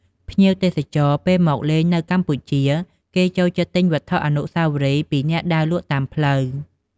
ភ្ញៀវទេសចរណ៍ពេលមកលេងនៅកម្ពុជា គេចូលចិត្តទិញវត្ថុអនុស្សាវរីយ៍ពីអ្នកដើរលក់តាមផ្លូវ។